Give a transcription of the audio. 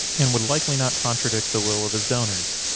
and would likely not contradict the will of his donors.